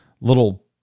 little